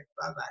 Bye-bye